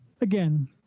again